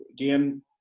again